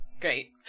Great